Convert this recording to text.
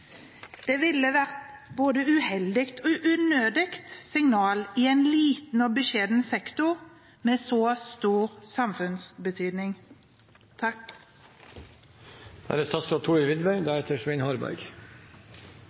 Det ville være et både uheldig og unødvendig signal i en liten og beskjeden sektor med stor samfunnsbetydning.»